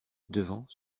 devant